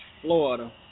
Florida